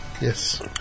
Yes